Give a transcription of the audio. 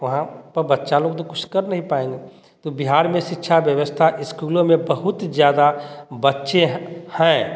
वहाँ पर बच्चा लोग तो कुछ कर नहीं पाएँगे तो बिहार में शिक्षा व्यवस्था स्कूलों में बहुत ज़्यादा बच्चे हैं